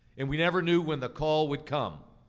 and we never knew when the call would come.